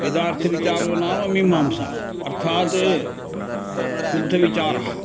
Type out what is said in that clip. वेदार्थविचारो नाम मीमांसा अर्थात् शुद्धविचारः